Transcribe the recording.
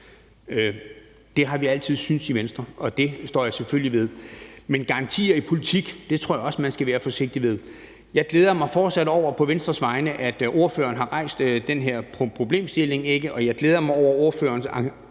Det har vi altid syntes i Venstre, og det står jeg selvfølgelig ved, men garantier i politik tror jeg også man skal være forsigtig ved. Jeg glæder mig fortsat på Venstres vegne over, at ordføreren har rejst den her problemstilling, og jeg glæder mig over ordførerens